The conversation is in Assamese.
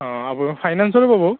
অঁ আপোনাৰ ফাইনেঞ্চৰো পাব